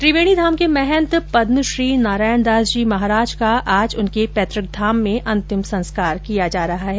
त्रिवेणी धाम के महंत पद्मश्री नारायण दास जी महाराज का आज उनके पैतृक धाम में अंतिम संस्कार किया जा रहा है